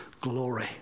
glory